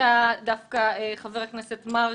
אתה חבר הכנסת מרגי,